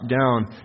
down